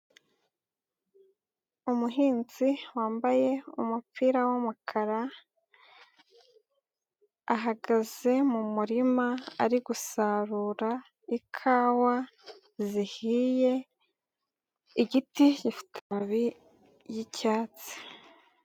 Umuhinzi wambaye umupira w'umukara, ahagaze mu murima ari gusarura ikawa zihiye, igiti gifite amababi y'icyatsi.